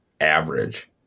average